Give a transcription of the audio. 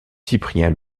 cyprien